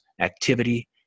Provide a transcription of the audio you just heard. activity